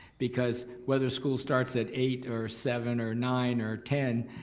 because whether school starts at eight or seven or nine or ten,